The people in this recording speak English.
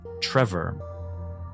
Trevor